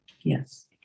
Yes